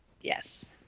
Yes